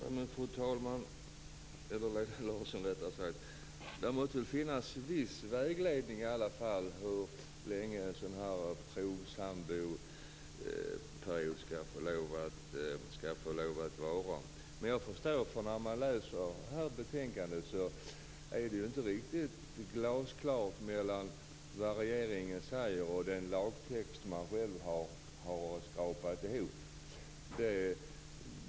Fru talman! Lena Larsson! Det måste finnas viss vägledning om hur lång en provsamboperiod skall få lov att vara. Om man läser betänkandet ser man att det finns en skillnad mellan det regeringen säger och den lagtext utskottet har skrapat ihop.